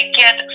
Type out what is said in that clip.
get